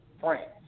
France